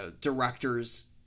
directors